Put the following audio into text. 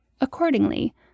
Accordingly